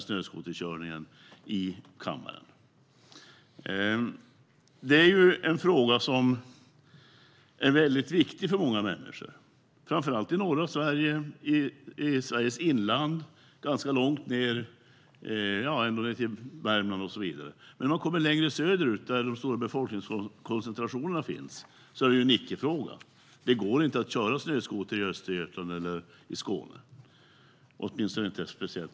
Denna fråga är mycket viktig för många människor, framför allt i norra Sverige, i Sveriges inland och ganska långt ned till Värmland och så vidare. Men när man kommer längre söderut, där de stora befolkningskoncentrationerna finns, är detta en icke-fråga. Det går inte att köra snöskoter i Östergötland eller i Skåne, inte speciellt ofta i alla fall.